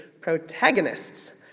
protagonists